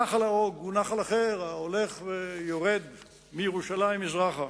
נחל-אוג הוא נחל אחר ההולך ויורד מירושלים מזרחה,